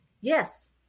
Yes